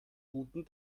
guten